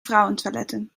vrouwentoiletten